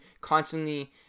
constantly